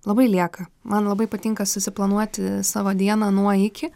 labai lieka man labai patinka susiplanuoti savo dieną nuo iki